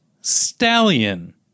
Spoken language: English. stallion